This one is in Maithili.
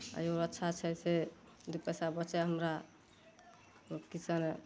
तैयो अच्छा छै से दू पैसा बचए हमरा